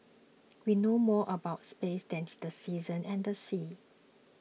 we know more about space than tea the seasons and the seas